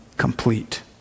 Complete